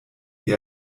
die